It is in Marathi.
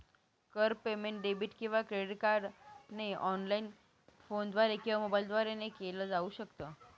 कर पेमेंट डेबिट किंवा क्रेडिट कार्डने ऑनलाइन, फोनद्वारे किंवा मोबाईल ने केल जाऊ शकत